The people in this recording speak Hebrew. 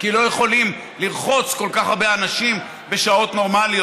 כי לא יכולים לרחוץ כל כך הרבה אנשים בשעות נורמליות.